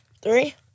Three